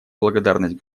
благодарность